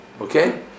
Okay